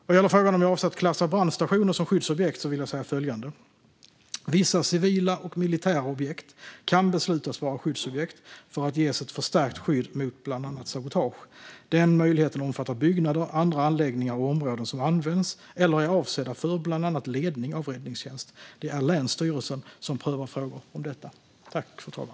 Vad gäller frågan om jag avser att klassa brandstationer som skyddsobjekt vill jag säga följande: Vissa civila och militära objekt kan beslutas vara skyddsobjekt för att ges ett förstärkt skydd mot bland annat sabotage. Den möjligheten omfattar byggnader, andra anläggningar och områden som används eller är avsedda för bland annat ledning av räddningstjänst. Det är länsstyrelsen som prövar frågor om detta.